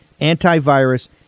antivirus